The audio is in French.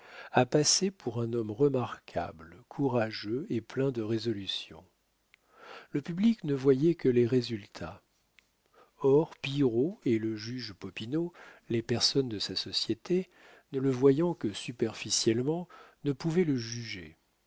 à passer pour un homme remarquable courageux et plein de résolution le public ne voyait que les résultats hors pillerault et le juge popinot les personnes de sa société ne le voyant que superficiellement ne pouvaient le juger